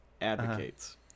Advocates